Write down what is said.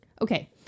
Okay